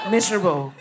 Miserable